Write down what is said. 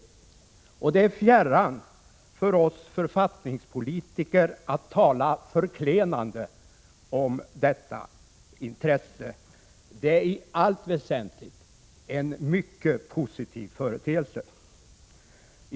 Det är fjärran för oss författningspolitiker att tala förklenande om detta intresse. Det är i allt väsentligt en mycket positiv företeelse.